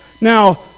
Now